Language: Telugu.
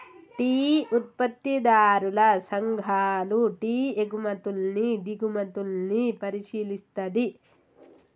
టీ ఉత్పత్తిదారుల సంఘాలు టీ ఎగుమతుల్ని దిగుమతుల్ని పరిశీలిస్తది